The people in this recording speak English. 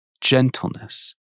gentleness